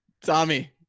Tommy